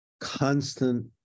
constant